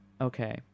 Okay